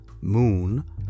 moon